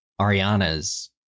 Ariana's